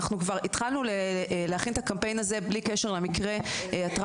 אנחנו כבר התחלנו להכין את הקמפיין הזה בלי קשר למקרה הטראגי,